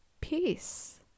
peace